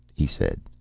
he said.